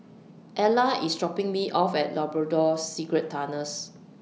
Ellar IS dropping Me off At Labrador Secret Tunnels